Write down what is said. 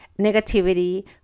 negativity